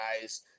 guys